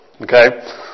Okay